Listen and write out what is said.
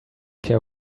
care